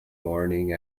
morning